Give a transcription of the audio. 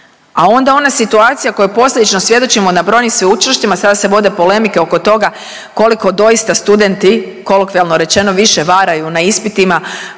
a onda ona situacija kojoj posljedično svjedočimo na brojnim sveučilištima sada se vode polemike oko toga koliko doista studenti kolokvijalno rečeno više varaju na ispitima